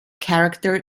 character